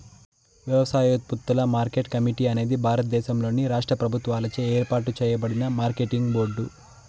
వ్యవసాయోత్పత్తుల market committee అనేది భారతదేశంలోని రాష్ట్ర ప్రభుత్వాలచే ఏర్పాటు చేయబడిన మార్కెటింగ్ బోర్డు